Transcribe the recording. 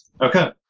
Okay